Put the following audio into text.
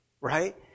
right